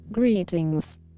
Greetings